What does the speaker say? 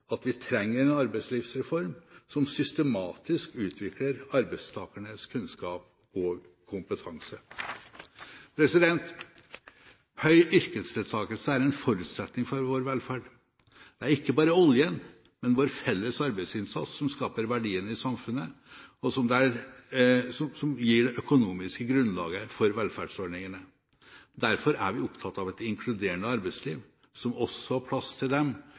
vi trenger en arbeidslivsreform som systematisk utvikler arbeidstakernes kunnskap og kompetanse. Høy yrkesdeltakelse er en forutsetning for vår velferd. Det er ikke bare oljen, men vår felles arbeidsinnsats som skaper verdiene i samfunnet, og som gir det økonomiske grunnlaget for velferdsordningene. Derfor er vi opptatt av et inkluderende arbeidsliv som også har plass til dem